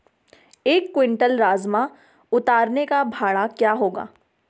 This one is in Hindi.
एक क्विंटल राजमा उतारने का भाड़ा क्या होगा?